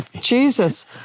Jesus